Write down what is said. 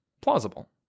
plausible